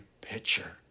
picture